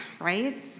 right